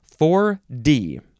4D